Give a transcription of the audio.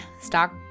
stock